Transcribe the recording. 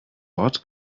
ort